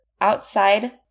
outside